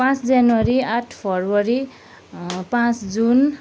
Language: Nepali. पाँच जनवरी आठ फरवरी पाँच जुन